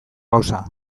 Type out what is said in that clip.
gauza